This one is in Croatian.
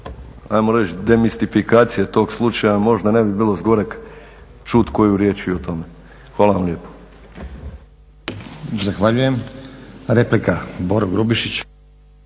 ajmo reći demistifikacije tog slučaja možda ne bi bilo s goreg čut koju riječ i o tome. Hvala vam lijepo. **Stazić, Nenad (SDP)** Zahvaljujem. Replika Boro Grubišić.